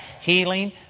healing